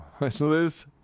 Liz